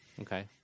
Okay